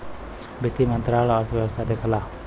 वित्त मंत्रालय अर्थव्यवस्था देखला